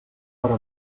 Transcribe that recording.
però